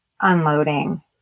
unloading